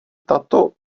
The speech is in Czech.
tato